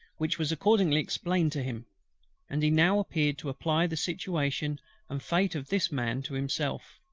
which was accordingly explained to him and he now appeared to apply the situation and fate of this man to himself.